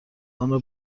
آنرا